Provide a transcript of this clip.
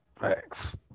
Thanks